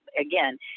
Again